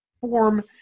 form